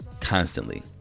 constantly